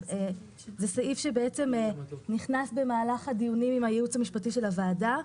זזה סעיף שנכנס במהלך הדיונים עם הייעוץ המשפטי של הוועדה.